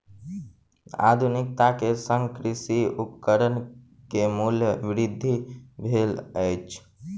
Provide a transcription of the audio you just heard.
आधुनिकता के संग कृषि उपकरण के मूल्य वृद्धि भेल अछि